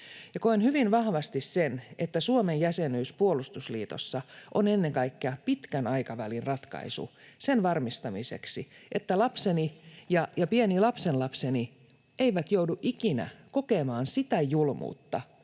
koen hyvin vahvasti, että Suomen jäsenyys puolustusliitossa on ennen kaikkea pitkän aikavälin ratkaisu sen varmistamiseksi, että lapseni ja pieni lapsenlapseni eivät joudu ikinä kokemaan sitä julmuutta,